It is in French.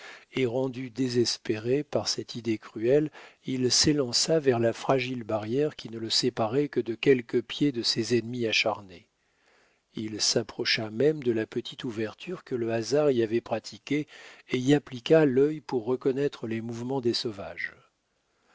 et rendu désespéré par cette idée cruelle il s'élança vers la fragile barrière qui ne le séparait que de quelques pieds de ses ennemis acharnés il s'approcha même de la petite ouverture que le hasard y avait pratiquée et y appliqua l'œil pour reconnaître les mouvements des sauvages